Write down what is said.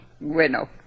Bueno